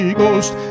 Ghost